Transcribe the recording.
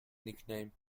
nickname